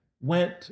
went